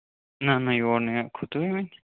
نہَ نہَ یور نے کھوٚتُے وۅنۍ